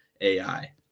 AI